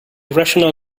irrational